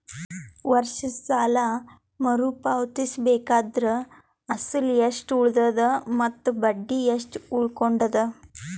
ವರ್ಷದ ಸಾಲಾ ಮರು ಪಾವತಿಸಬೇಕಾದರ ಅಸಲ ಎಷ್ಟ ಉಳದದ ಮತ್ತ ಬಡ್ಡಿ ಎಷ್ಟ ಉಳಕೊಂಡದ?